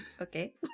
Okay